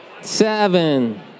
seven